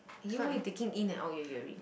!aiyo! why you taking in and out your ear ring